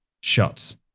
shots